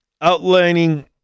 outlining